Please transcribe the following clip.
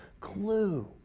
clue